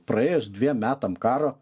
praėjus dviem metam karo